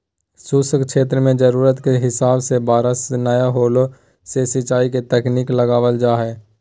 शुष्क क्षेत्र मे जरूरत के हिसाब से बरसा नय होला से सिंचाई के तकनीक लगावल जा हई